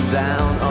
down